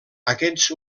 aquests